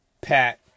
Pat